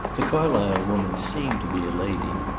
the carlysle woman seemed to be a lady,